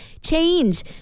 change